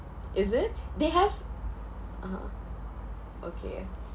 is it they have (uh huh) okay